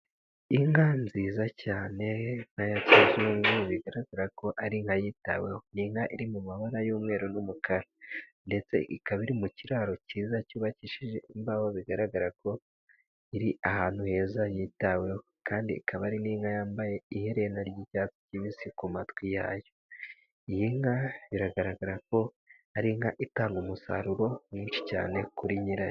Inka nziza cyane; inka yakizungu bigaragara ko ari inka yitaweho, n'inka iri mu mabara y'umweru n'umukara ndetse ikaba iri mu kiraro cyiza cyubakishije imbaho, bigaragara ko iri ahantu heza yitaweho, kandi ikaba ari n'inka yambaye iherera ry'icyatsi kibisi ku matwi yayo, iyi nka biragaragara ko ari inka itanga umusaruro mwinshi cyane kuri nyirayo.